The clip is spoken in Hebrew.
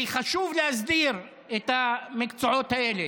כי חשוב להסדיר את המקצועות האלה.